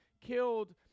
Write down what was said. killed